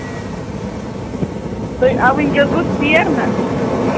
تُہۍ آ ؤنکیٚس گوٚو ژیر نا